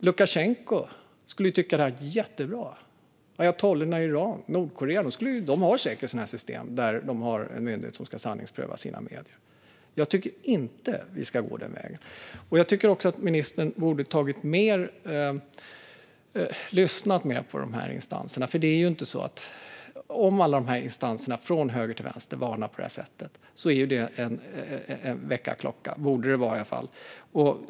Lukasjenko skulle tycka att det här var jättebra, även Nordkorea och ayatollorna i Iran. De har säkert sådana här system med en myndighet som ska sanningspröva deras medier. Jag tycker inte att vi ska gå den vägen. Jag tycker också att ministern borde ha lyssnat mer på remissinstanserna. Om alla dessa instanser från höger till vänster varnar på det här sättet borde det vara en väckarklocka.